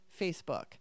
Facebook